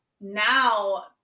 Now